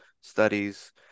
studies